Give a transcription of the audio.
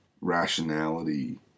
rationality